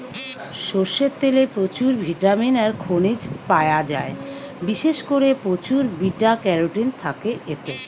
সরষের তেলে প্রচুর ভিটামিন আর খনিজ পায়া যায়, বিশেষ কোরে প্রচুর বিটা ক্যারোটিন থাকে এতে